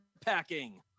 packing